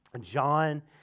John